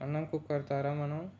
అన్నం కుక్కర్ ద్వారా మనం